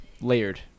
layered